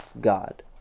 God